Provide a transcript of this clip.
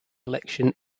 election